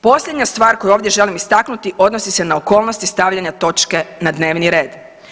Posljednja stvar koju ovdje želim istaknuti odnosi se na okolnosti stavljanja točke na dnevni red.